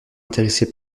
intéresser